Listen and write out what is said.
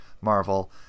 Marvel